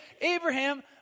Abraham